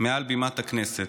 מעל בימת הכנסת.